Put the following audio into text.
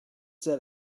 that